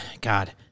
God